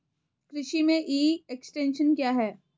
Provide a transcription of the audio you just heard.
कृषि में e extension क्या है?